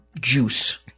juice